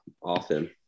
often